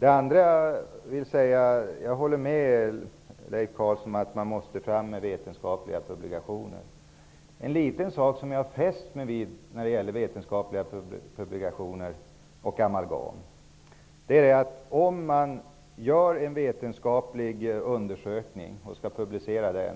Jag håller vidare med Leif Carlson om att man måste få fram vetenskapligt publicerade fakta. En liten sak som jag fäst mig vid när det gäller vetenskapliga publikationer och amalgam är att om man vill publicera en vetenskaplig undersökning som berör